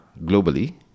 globally